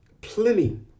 plenty